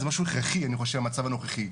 זה משהו הכרחי אני חושב במצב הנוכחי.